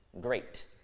great